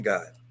God